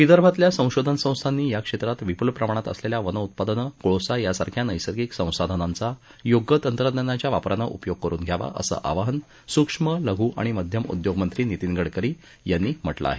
विदर्भातल्या संशोधन संस्थांनी या क्षेत्रात विपुल प्रमाणात असलेल्या वन उत्पादनं कोळसा यांसारख्या नैसर्गिक संसाधनांचा योग्य तंत्रज्ञानाच्या वापरानं उपयोग करून घ्यावा असं आवाहन सुक्ष्म लघू आणि मध्यम उद्योगमंत्री नितीन गडकरी यांनी म्हटलं आहे